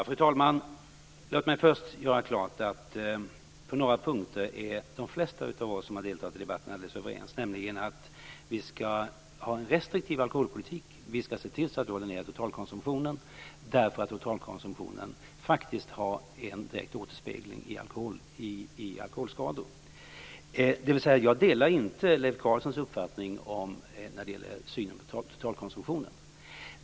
Fru talman! Låt mig först göra klart att de flesta av oss som har deltagit i debatten är överens på några punkter, nämligen att vi skall ha en restriktiv alkoholpolitik och att vi skall se till att totalkonsumtionen hålls nere, därför att totalkonsumtionen faktiskt har en direkt återspegling i alkoholskador. Jag delar inte Leif Carlsons uppfattning när det gäller synen på totalkonsumtionen.